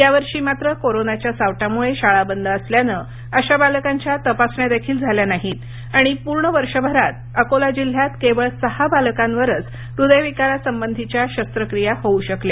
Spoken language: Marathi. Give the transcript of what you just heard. यावर्षी मात्र कोरोनाप्या साक्टामुळे राळा बंद असल्याने अशा बालकांच्या तपासण्यादेखील झाल्या नाहीत आणि पू अकोला जिल्ह्यात केवळ सहा बालकांवरच डूप्यविकरासंबंधीप्या शस्तक्रिया होऊ श्कल्या